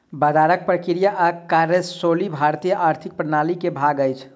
बजारक प्रक्रिया आ कार्यशैली भारतीय आर्थिक प्रणाली के भाग अछि